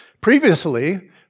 Previously